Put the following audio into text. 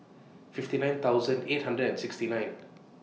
fifty nine thousand eight hundred and sixty nine